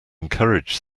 encourage